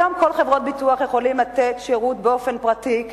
היום כל חברות הביטוח יכולות לתת שירות באופן פרטי,